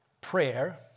prayer